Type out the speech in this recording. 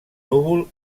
núvol